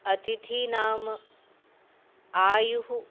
अतिथीनाम् आयुः